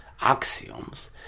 axioms